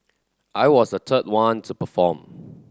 I was a third one to perform